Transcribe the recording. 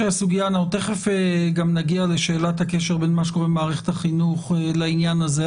תכף גם נגיע לשאלת הקשר בין מה שקורה במערכת החינוך לעניין הזה.